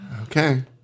Okay